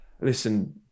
Listen